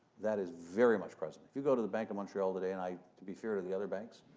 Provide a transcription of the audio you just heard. that is very much present. if you go to the bank of montreal today and i, to be fair to the other banks,